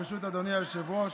ברשות אדוני היושב-ראש,